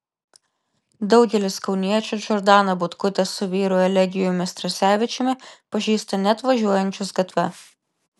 daugelis kauniečių džordaną butkutę su vyru elegijumi strasevičiumi pažįsta net važiuojančius gatve